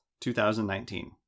2019